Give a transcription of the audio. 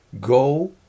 go